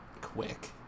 quick